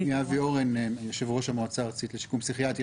שמי אבי אורן יושב ראש המועצה הארצית לשיקום פסיכיאטרי.